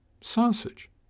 Sausage